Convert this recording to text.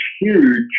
huge